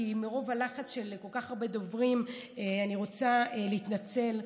כי מרוב הלחץ של כל כך הרבה דוברים אני רוצה להתנצל.